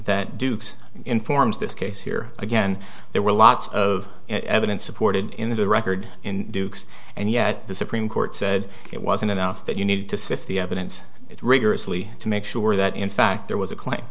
that duke's informs this case here again there were lots of evidence supported in the record in duke's and yet the supreme court said it wasn't enough that you need to sift the evidence rigorously to make sure that in fact there was a cl